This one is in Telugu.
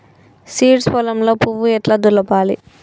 సీడ్స్ పొలంలో పువ్వు ఎట్లా దులపాలి?